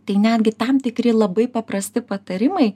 tai netgi tam tikri labai paprasti patarimai